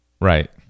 Right